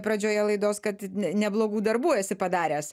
pradžioje laidos kad ne neblogų darbų esi padaręs